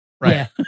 Right